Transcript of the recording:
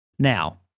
Now